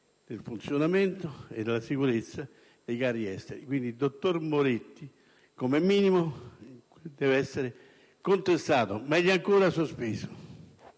del funzionamento e della sicurezza dei carri esteri. Quindi, il dottor Moretti, come minimo, deve essere contestato o, meglio ancora, sospeso.